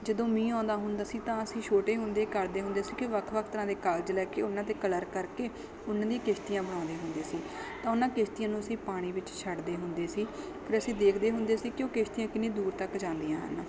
ਜਦੋਂ ਮੀਂਹ ਆਉਂਦਾ ਹੁੰਦਾ ਸੀ ਤਾਂ ਅਸੀਂ ਛੋਟੇ ਹੁੰਦੇ ਕਰਦੇ ਹੁੰਦੇ ਸੀ ਕਿ ਵੱਖ ਵੱਖ ਤਰ੍ਹਾਂ ਦੇ ਕਾਗਜ਼ ਲੈ ਕੇ ਉਹਨਾਂ 'ਤੇ ਕਲਰ ਕਰਕੇ ਉਹਨਾਂ ਦੀਆਂ ਕਿਸ਼ਤੀਆਂ ਬਣਾਉਂਦੇ ਹੁੰਦੇ ਸੀ ਤਾਂ ਉਹਨਾਂ ਕਿਸ਼ਤੀਆਂ ਨੂੰ ਅਸੀਂ ਪਾਣੀ ਵਿੱਚ ਛੱਡਦੇ ਹੁੰਦੇ ਸੀ ਫਿਰ ਅਸੀਂ ਦੇਖਦੇ ਹੁੰਦੇ ਸੀ ਕਿ ਉਹ ਕਿਸ਼ਤੀਆਂ ਕਿੰਨੀ ਦੂਰ ਤੱਕ ਜਾਂਦੀਆਂ ਹਨ